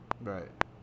Right